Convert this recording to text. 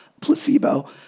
placebo